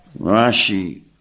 Rashi